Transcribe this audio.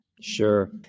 Sure